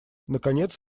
наконец